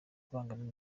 kubangamira